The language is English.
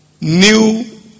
New